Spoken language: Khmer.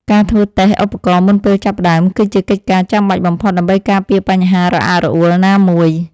ការធ្វើតេស្តឧបករណ៍មុនពេលចាប់ផ្ដើមគឺជាកិច្ចការចាំបាច់បំផុតដើម្បីការពារបញ្ហារអាក់រអួលណាមួយ។